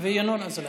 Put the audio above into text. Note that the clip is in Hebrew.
וינון אזולאי,